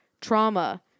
trauma